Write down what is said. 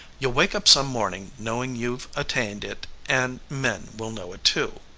you'll wake up some morning knowing you've attained it and men will know it too.